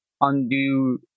undo